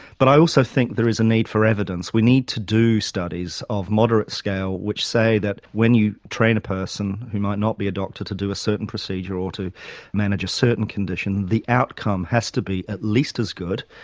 but i also think there is a need for evidence. we need to do studies of moderate scale which say that when you train a person who might not be a doctor to do a certain procedure or to manage a certain condition, the outcome has to be at least as good,